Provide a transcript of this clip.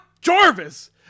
Jarvis